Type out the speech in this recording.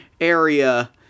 area